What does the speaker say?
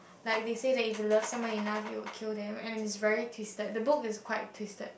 like they said that if you love somebody enough you will kill them and is very twisted the book is quite twisted